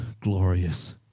glorious